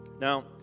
Now